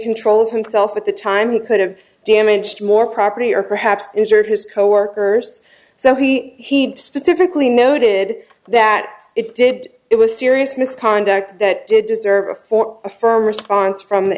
control of himself at the time he could have damaged more property or perhaps injured his coworkers so he he specifically noted that it did it was serious misconduct that did deserve for a firm response from the